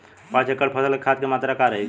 पाँच एकड़ फसल में खाद के मात्रा का रही?